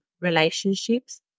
relationships